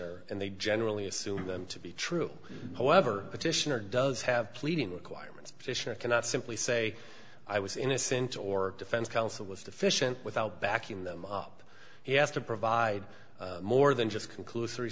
er and they generally assume them to be true however petitioner does have pleading requirements fisher cannot simply say i was innocent or defense counsel is deficient without backing them up he has to provide more than just conclus